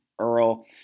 Earl